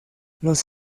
los